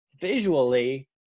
visually